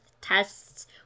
tests